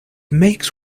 makes